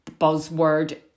buzzword